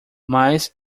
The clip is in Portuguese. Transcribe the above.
mas